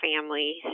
family